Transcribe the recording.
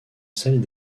celles